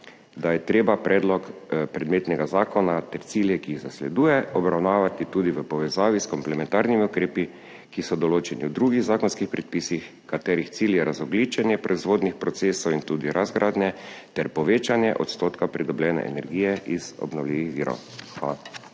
da je treba predlog predmetnega zakona ter cilje, ki jih zasleduje, obravnavati tudi v povezavi s komplementarnimi ukrepi, ki so določeni v drugih zakonskih predpisih, katerih cilj je razogljičenje proizvodnih procesov in tudi razgradnje ter povečanje odstotka pridobljene energije iz obnovljivih virov. Hvala.